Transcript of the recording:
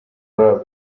club